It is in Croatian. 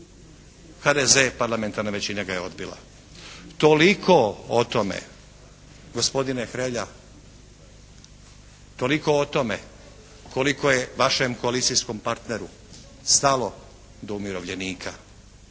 HDZ i parlamentarna većina ga je odbila. Toliko o tome, gospodine Hrelja. Toliko o tome koliko je vašem koalicijskom partneru stalo do umirovljenika.